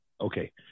okay